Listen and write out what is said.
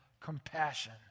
compassion